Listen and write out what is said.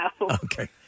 Okay